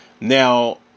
Now